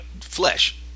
flesh